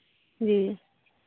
जी